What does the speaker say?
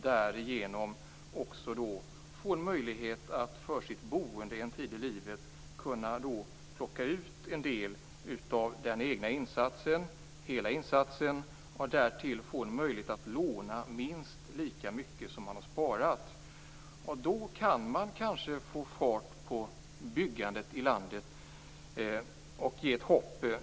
Då kan man en tid i livet för sitt boende plocka ut en del av den egna insatsen eller hela insatsen och därtill få möjlighet att låna minst lika mycket som man har sparat. Därmed blir det kanske fart på byggandet i landet.